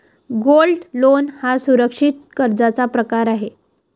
gold loan हा सुरक्षित कर्जाचा प्रकार आहे